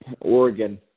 Oregon